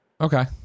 Okay